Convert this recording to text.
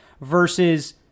versus